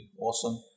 Awesome